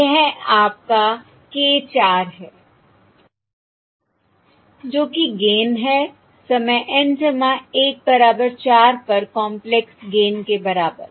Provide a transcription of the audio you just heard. यह आपका k 4 है जो कि गेन है समय N 1 बराबर 4 पर कॉंपलेक्स गेन के बराबर